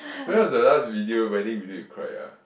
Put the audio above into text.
when was the last video wedding video you cried ah